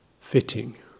fitting